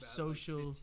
social